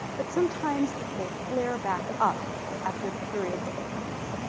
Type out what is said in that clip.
but sometimes they flare back up after periods of peace,